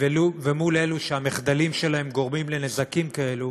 ומול אלו שהמחדלים שלהם גורמים לנזקים כאלה,